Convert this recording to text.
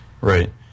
Right